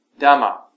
Dhamma